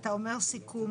כשאתה אומר "סיכום"